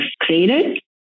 created